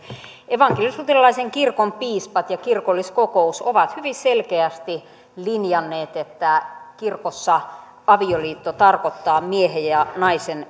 evankelisluterilaisen kirkon piispat ja kirkolliskokous ovat hyvin selkeästi linjanneet että kirkossa avioliitto tarkoittaa miehen ja naisen